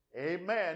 Amen